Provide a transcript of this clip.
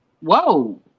Whoa